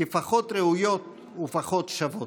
כפחות ראויות וכפחות שוות.